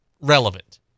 relevant